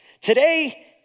Today